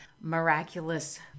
miraculous